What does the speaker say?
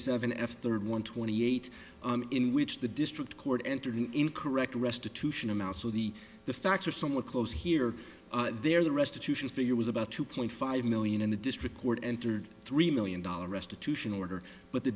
seven f third one twenty eight in which the district court entered an incorrect restitution amount so the the facts are somewhat close here there are restitution figure was about two point five million in the district court entered three million dollar restitution order but the